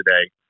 today